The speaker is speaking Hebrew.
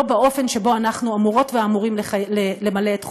לא באופן שבו אנחנו אמורות ואמורים למלא את חובתנו.